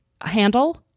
handle